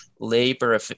labor